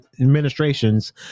administrations